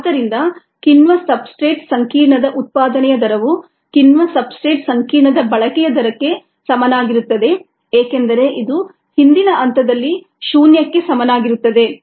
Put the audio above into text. ಆದ್ದರಿಂದ ಕಿಣ್ವ ಸಬ್ಸ್ಟ್ರೇಟ್ ಸಂಕೀರ್ಣದ ಉತ್ಪಾದನೆಯ ದರವು ಕಿಣ್ವ ಸಬ್ಸ್ಟ್ರೇಟ್ ಸಂಕೀರ್ಣದ ಬಳಕೆಯ ದರಕ್ಕೆ ಸಮನಾಗಿರುತ್ತದೆ ಏಕೆಂದರೆ ಇದು ಹಿಂದಿನ ಹಂತದಲ್ಲಿ ಶೂನ್ಯಕ್ಕೆ ಸಮನಾಗಿರುತ್ತದೆ